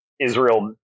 Israel